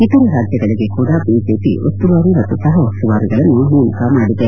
ಇತರ ರಾಜ್ಯಗಳಿಗೆ ಕೂಡಾ ಬಿಜೆಪಿ ಉಸ್ತುವಾರಿ ಮತ್ತು ಸಹ ಉಸ್ತುವಾರಿಗಳನ್ನು ನೇಮಕ ಮಾಡಲಾಗಿದೆ